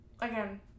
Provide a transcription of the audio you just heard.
again